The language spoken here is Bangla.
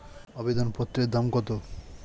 আবেদন পত্রের দাম কত?